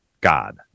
god